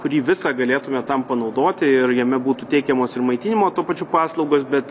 kurį visą galėtume tam panaudoti ir jame būtų teikiamos ir maitinimo tuo pačiu paslaugos bet